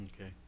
Okay